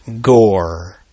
Gore